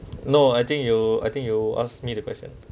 no I think you I think you ask me the question